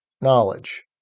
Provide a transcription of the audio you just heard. knowledge